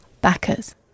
backers